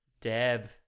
Deb